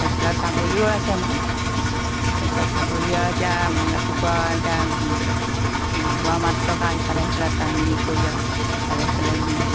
তাৰপিছত আৰু ছাগলীও আছে মোৰ তাৰপিছত ছাগলী আৰু এতিয়া ৰাতিপুৱা এতিয়া হোৱা মাত্ৰকে আৰু ইফালে সিফালে টানি কৰি আৰু ইফালে সিফালে নি